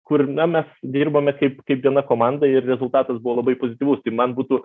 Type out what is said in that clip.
kur na mes dirbame kaip kaip viena komanda ir rezultatas buvo labai pozityvus tai man būtų